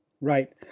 Right